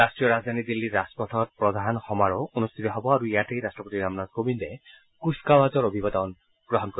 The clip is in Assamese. ৰাষ্ট্ৰীয় ৰাজধানী দিল্লীৰ ৰাজপথত প্ৰধান সমাৰোহ অনুষ্ঠিত হ'ব আৰু ইয়াতেই ৰাষ্ট্ৰপতি ৰামনাথ কোবিন্দে কুচকাৱাজৰ অভিবাদন গ্ৰহণ কৰিব